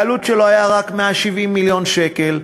שהעלות שלו הייתה רק 170 מיליון שקל.